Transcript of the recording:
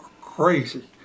crazy